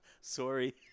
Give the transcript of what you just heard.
sorry